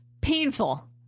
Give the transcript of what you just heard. Painful